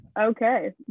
Okay